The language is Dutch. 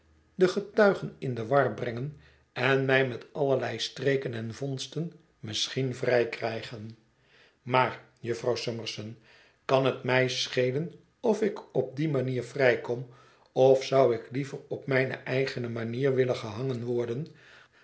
de getuigen in de war brengen en mij met allerlei streken en vondsten misschien vrij krijgen maar jufvrouw summerson kan het mij schelen of ik op die manier vrij kom of zou ik liever op mijne eigene manier willen gehangen worden